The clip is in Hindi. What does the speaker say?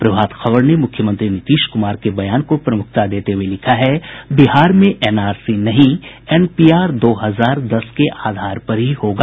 प्रभात खबर ने मुख्यमंत्री नीतीश कुमार के बयान को प्रमुखता देते हुये लिखा है बिहार में एनआरसी नहीं एनपीआर दो हजार दस के आधार पर ही होगा